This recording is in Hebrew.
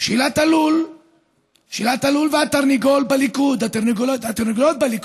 שאלת הלול והתרנגול בליכוד, התרנגולות בליכוד,